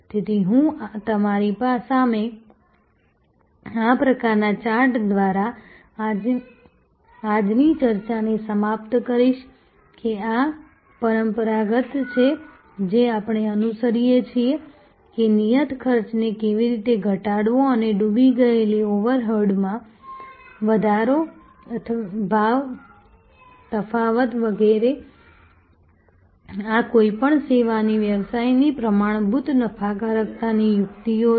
તેથી હું તમારી સામે આ પ્રકારના ચાર્ટ દ્વારા આજની ચર્ચાને સમાપ્ત કરીશ કે આ પરંપરાગત છે જે આપણે અનુસરીએ છીએ કે નિયત ખર્ચને કેવી રીતે ઘટાડવો અથવા ડૂબી ગયેલી ઓવરહેડમાં વધારો ભાવ તફાવત વગેરે આ કોઈપણ સેવા વ્યવસાયની પ્રમાણભૂત નફાકારકતાની યુક્તિઓ છે